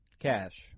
cash